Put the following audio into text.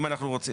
בדיוק.